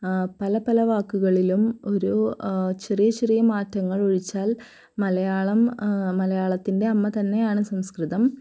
പല പല വാക്കുകളിലും ഒരു ചെറിയ ചെറിയ മാറ്റങ്ങൾ ഒഴിച്ചാൽ മലയാളം മലയാളത്തിൻ്റെ അമ്മ തന്നെയാണ് സംസ്കൃതം